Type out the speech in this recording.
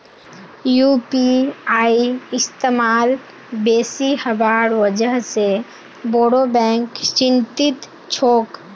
UPI इस्तमाल बेसी हबार वजह से बोरो बैंक चिंतित छोक